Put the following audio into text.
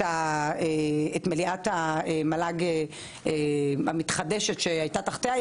מליאת המועצה להשכלה גבוהה המתחדשת שהייתה תחתיה,